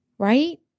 right